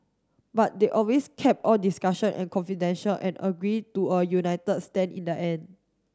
but they always kept all discussion confidential and agreed to a united stand in the end